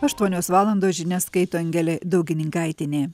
aštuonios valandos žinias skaito angelė daugininkaitienė